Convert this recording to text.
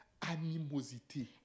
animosité